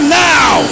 now